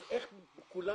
אז איך כולם